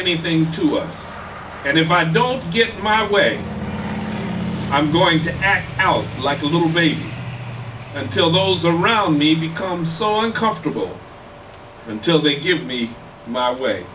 anything to us and if i don't get my way i'm going to act out like a little maybe until those around me become so on comfortable until they give me my way